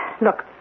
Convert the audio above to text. Look